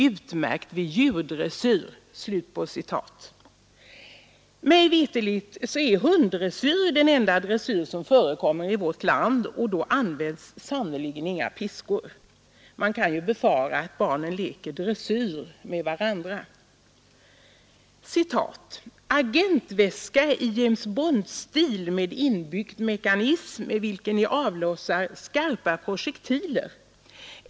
Utmärkt vid djurdressyr.” Mig veterligt är hunddressyr den enda dressyr som förekommer i vårt land, och då används sannerligen inga piskor. Man kan befara att barnen i stället leker dressyr med varandra. ”Agentväska i James Bondstil med inbyggd mekanism med vilken ni avlossar skarpa projektiler.